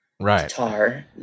guitar